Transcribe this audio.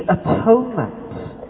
atonement